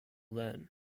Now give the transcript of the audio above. then